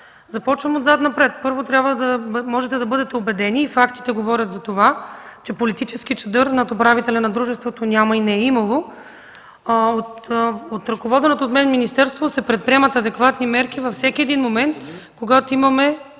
Започвам отзад напред. Първо, можете да бъдете убедени и фактите говорят за това, че политически чадър над управителя на дружеството няма и не е имало. От ръководеното от мен министерство се предприемат адекватни мерки във всеки един момент, когато има